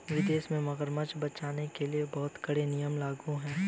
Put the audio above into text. विदेशों में मगरमच्छ बचाओ के लिए बहुत कड़े नियम लागू हैं